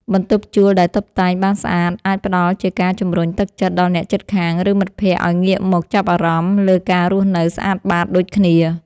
បន្ទប់ជួលដែលតុបតែងបានស្អាត អាចផ្ដល់ជាការជម្រុញទឹកចិត្តដល់អ្នកជិតខាង ឬមិត្តភក្តិឱ្យងាកមកចាប់អារម្មណ៍លើការរស់នៅស្អាតបាតដូចគ្នា។